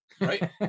Right